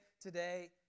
today